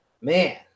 Man